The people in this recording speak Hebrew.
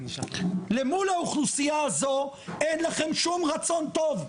למול האוכלוסייה הזו אין לכם שום רצון טוב.